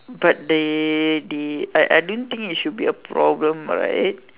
but they the I I don't think it should be a problem right